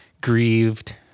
grieved